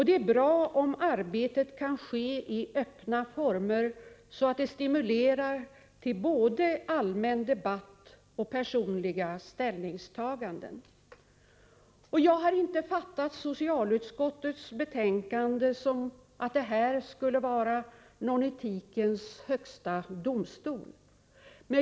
Det är bra om arbetet kan ske i öppna former så att det stimulerar till både allmän debatt och personliga ställningstaganden. Jag har inte fattat socialutskottets betänkande som att detta organ skulle bli någon etikens högsta domstol.